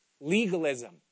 Legalism